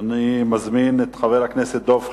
אני מזמין את חבר הכנסת דב חנין.